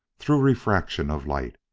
through refraction of light.